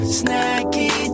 snacky